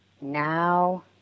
now